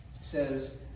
Says